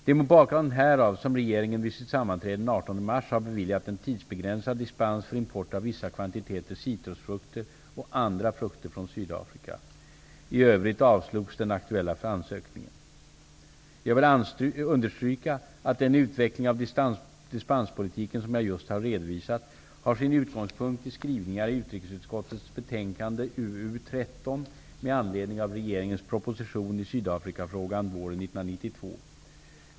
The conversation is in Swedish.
Det är mot bakgrund härav som regeringen vid sitt sammanträde den 18 mars har beviljat en tidsbegränsad dispens för import av vissa kvantiteter citrusfrukter och andra frukter från Jag vill understryka att den utveckling av dispenspolitiken som jag just har redovisat har sin utgångspunkt i skrivningar i utrikesutskottets betänkande UU13 med anledning av regeringens proposition i Sydafrikafrågan våren 1992.